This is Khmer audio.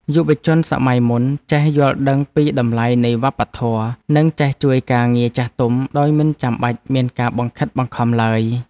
យុវជនសម័យមុនចេះយល់ដឹងពីតម្លៃនៃវប្បធម៌ និងចេះជួយការងារចាស់ទុំដោយមិនចាំបាច់មានការបង្ខិតបង្ខំឡើយ។